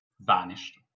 vanished